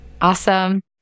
Awesome